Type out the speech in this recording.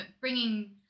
bringing